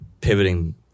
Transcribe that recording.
pivoting